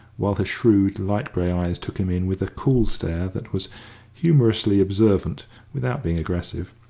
while her shrewd, light-grey eyes took him in with a cool stare that was humorously observant without being aggressive.